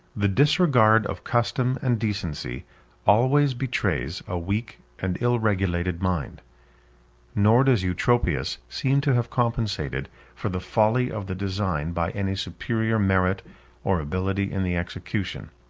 the disregard of custom and decency always betrays a weak and ill-regulated mind nor does eutropius seem to have compensated for the folly of the design by any superior merit or ability in the execution.